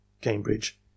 Cambridge